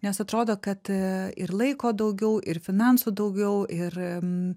nes atrodo kad ir laiko daugiau ir finansų daugiau ir